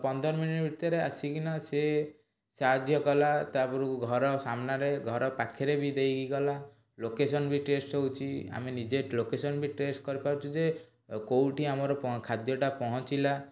ପନ୍ଦର ମିନିଟ୍ ଭିତରେ ଆସିକିନା ସିଏ ସାହାଯ୍ୟ କଲା ତା'ପରକୁ ଘର ସାମ୍ନାରେ ଘର ପାଖରେ ବି ଦେଇକି ଗଲା ଲୋକେସନ୍ ବି ଟେଷ୍ଟ ହେଉଛି ଆମେ ନିଜେ ଲୋକେସନ୍ ବି ଟେଷ୍ଟ କରିପାରୁଛୁ ଯେ ଆଉ କେଉଁଠି ଆମର ଖାଦ୍ୟଟା ପହଞ୍ଚିଲା